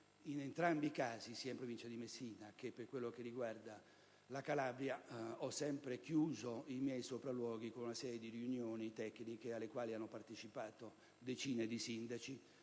In entrambi i casi, sia in Provincia di Messina che in Calabria, ho sempre concluso i miei sopralluoghi con una serie di riunioni tecniche, alle quali hanno partecipato decine di sindaci,